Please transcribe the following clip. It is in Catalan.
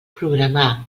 programar